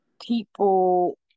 people